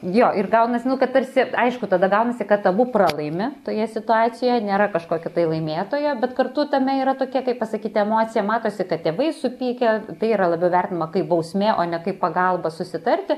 jo ir gaunas nu kad tarsi aišku tada gaunasi kad abu pralaimi toje situacijoj nėra kažkokio tai laimėtojo bet kartu tame yra tokie kaip pasakyt emocija matosi kad tėvai supykę tai yra labiau vertinama kaip bausmė o ne kaip pagalba susitarti